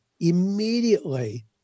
immediately